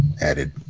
added